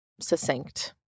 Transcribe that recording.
succinct